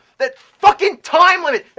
that fucking time limit!